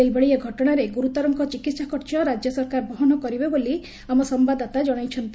ସେହିଭଳି ଏହି ଘଟଣାରେ ଗୁର୍ତରଙ୍କ ଚିକିହା ଖର୍ଚ ରାଜ୍ୟ ସରକାର ବହନ କରିବେ ବୋଲି ଆମ ସମ୍ଭାଦଦାତା ଜଣାଇଛନ୍ତି